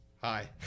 hi